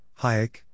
Hayek